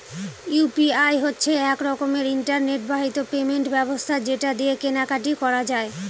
UPI হচ্ছে এক রকমের ইন্টারনেট বাহিত পেমেন্ট ব্যবস্থা যেটা দিয়ে কেনা কাটি করা যায়